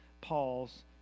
Paul's